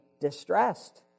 distressed